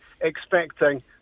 expecting